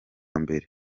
mbere